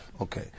okay